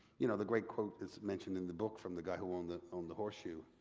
you know the great quote that's mentioned in the book from the guy who owned the owned the horseshoe,